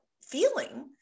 feeling